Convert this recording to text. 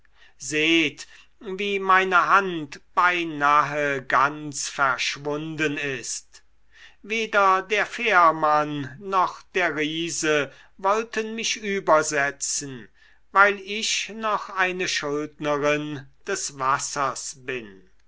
seht wie meine hand beinahe ganz weggeschwunden ist weder der fährmann noch der riese wollten mich übersetzen weil ich noch eine schuldnerin des wassers bin